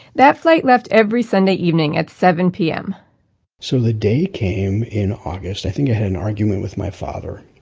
that flight left every sunday evening at seven point pm so the day came, in august. i think i had an argument with my father,